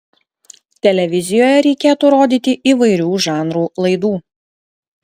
televizijoje reikėtų rodyti įvairių žanrų laidų